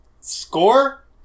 score